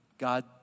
God